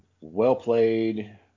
well-played